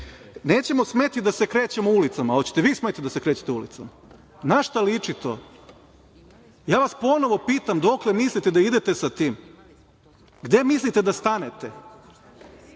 grešim. Nećemo smeti da se krećemo ulicama. A hoćete li vi smeti da se krećete ulicama? Na šta liči to? Ja vas ponovo pitam – dokle mislite da idete sa tim? Gde mislite da stanete?22/3